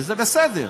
וזה בסדר.